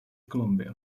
columbia